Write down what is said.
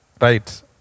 Right